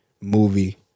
movie